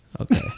Okay